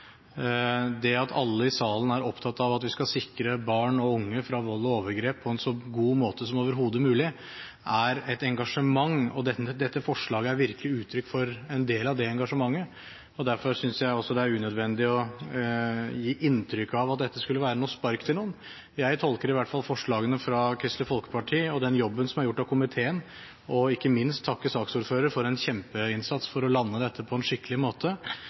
Det at alle i salen er opptatt av at vi skal sikre barn og unge fra vold og overgrep på en så god måte som overhodet mulig, er et engasjement, og dette forslaget er virkelig uttrykk for en del av det engasjementet. Derfor synes jeg også det er unødvendig å gi inntrykk av at dette skulle være noe spark til noen. Jeg tolker i hvert fall forslagene fra Kristelig Folkeparti og den jobben som er gjort av komiteen – og jeg vil ikke minst takke saksordføreren for en kjempeinnsats for å lande dette på en skikkelig måte